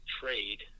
trade